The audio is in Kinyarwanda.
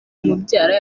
umubyara